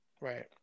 Right